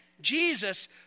Jesus